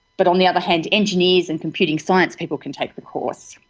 but on the other hand, engineers and computing science people can take the course.